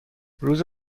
روز